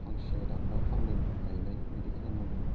फांसे दानोबा फांनै गायनाय बिदि खालामनांगौ